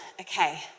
okay